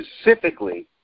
specifically